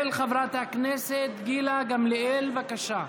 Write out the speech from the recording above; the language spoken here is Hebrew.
של חברת הכנסת גילה גמליאל, בבקשה,